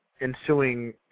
ensuing